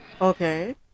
Okay